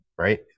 right